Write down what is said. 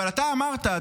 אמרת,